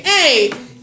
Hey